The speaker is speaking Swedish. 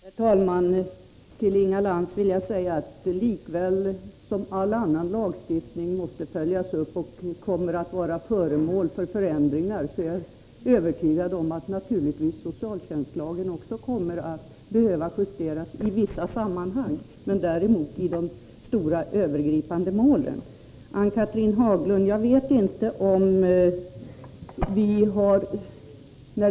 Herr talman! Till Inga Lantz vill jag säga att lika väl som all annan lagstiftning kommer att följas upp och bli föremål för förändringar måste naturligtvis också socialtjänstlagen behöva justeras i vissa avseenden men inte i fråga om de stora övergripande målen. Det är jag övertygad om. Sedan till Ann-Cathrine Haglund.